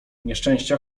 nieszczęścia